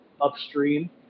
upstream